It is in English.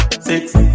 six